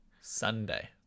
Sunday